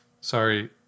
Sorry